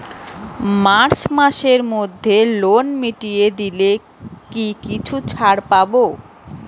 March মাসের মধ্যে loan মিটিয়ে দিলে কি কিছু ছাড় পাব?